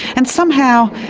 and somehow,